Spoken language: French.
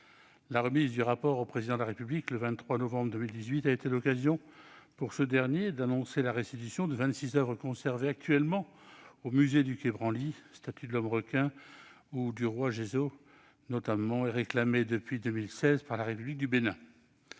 La remise du rapport au Président de la République, le 23 novembre 2018, a été l'occasion pour ce dernier d'annoncer la restitution de vingt-six oeuvres conservées actuellement au musée du quai Branly- statues de l'homme requin ou du roi Ghézo notamment -et réclamées depuis 2016 par la République du Bénin.